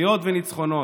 זכיות וניצחונות.